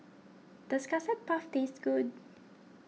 does Custard Puff taste good